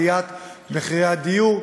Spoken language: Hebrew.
על עליית מחירי הדיור,